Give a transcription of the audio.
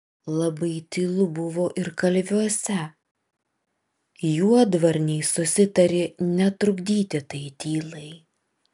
labai tylu buvo ir kalviuose juodvarniai susitarė netrukdyti tai tylai